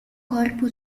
corpo